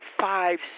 five